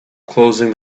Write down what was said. closing